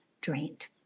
drained